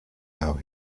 now